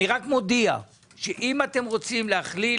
אני רק מודיע, שאם אתם רוצים להכליל